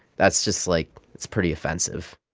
that's just, like it's pretty offensive